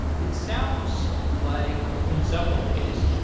it sounds like, in some ways,